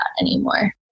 anymore